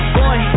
boy